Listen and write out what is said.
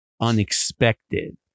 unexpected